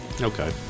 Okay